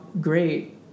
great